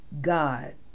God